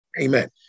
Amen